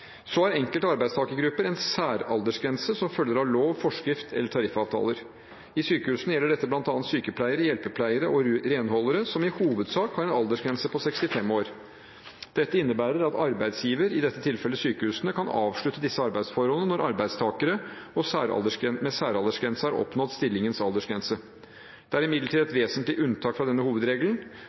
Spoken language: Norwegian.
Så har enkelte arbeidstakergrupper en særaldersgrense som følger av lov, forskrift eller tariffavtaler. I sykehusene gjelder dette bl.a. sykepleiere, hjelpepleiere og renholdere, som i hovedsak har en aldersgrense på 65 år. Dette innebærer at arbeidsgiver, i dette tilfellet sykehusene, kan avslutte disse arbeidsforholdene når arbeidstakere med særaldersgrense har oppnådd stillingens aldersgrense. Det er imidlertid ett vesentlig unntak fra denne hovedregelen.